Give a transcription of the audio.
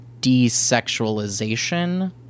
desexualization